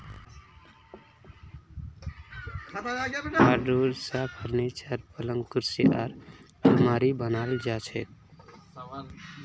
hardwood स furniture, पलंग कुर्सी आर आलमारी बनाल जा छेक